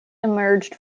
emerged